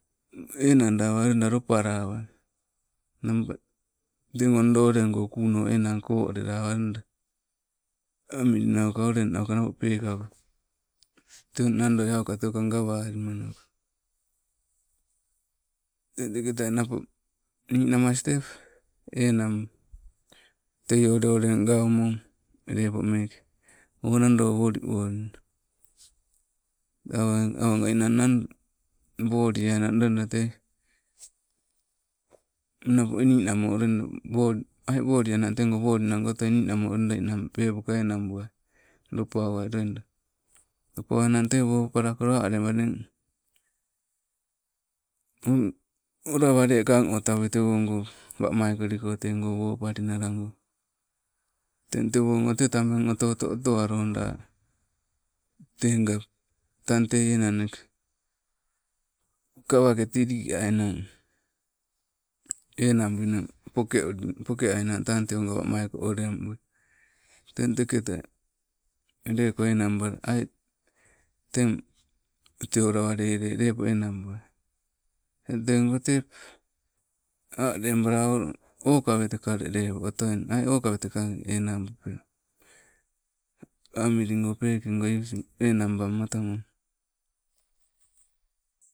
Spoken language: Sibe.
Enang dawai loida lopalawai tego ndoo olengko kuuno enang kolelawai, amilinau ka olennauka pekauka, te nandoi auka teuka gawalimanawa. Teng teketai nappo ninamas tee, enang te ndoo oleng gaumo, lepo meke o, nado woliwolina, awa, awaga niinang nang wolieainang loida te, napo ninamo loida woo aii wolieainang tego wolinago otoi ninamo loida peepoka enang buai, lopauwai loida, lopauwainang tee woopala ko, la alewananing, olawa lee kang otawui tewongo wamaikoligo, tego wopalinnago, teng tewongo te tabeng oto oto otowaloda. Tenga, tang tei enang eh, kawake tilik ainang enanbuinang poke ainang, tang te oga. Wamaiko olembui. Teng teketa, leko aii, te olowalele lepo enangbuaii, eng tegote aleba okaweteka le lelu otain ai okaweteka enang bupe amiligo peke go usim, enabamatomo.